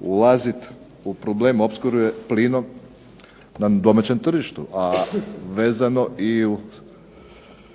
ulaziti u problem opskrbe plinom na domaćem tržištu a i vezano na